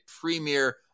premier